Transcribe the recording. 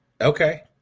Okay